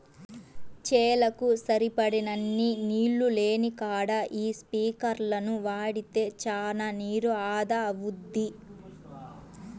చేలకు సరిపడినన్ని నీళ్ళు లేనికాడ యీ స్పింకర్లను వాడితే చానా నీరు ఆదా అవుద్ది